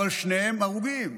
אבל שניהם אהובים.